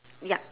ya